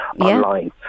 online